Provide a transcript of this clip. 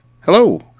hello